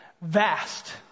Vast